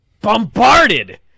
bombarded